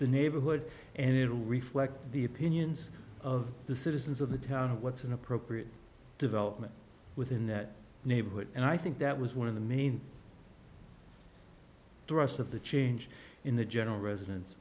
the neighborhood and it will reflect the opinions of the citizens of the town what's an appropriate development within that neighborhood and i think that was one of the main druss of the change in the general residen